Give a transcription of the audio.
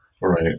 right